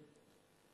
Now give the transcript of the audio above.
זה בסדר.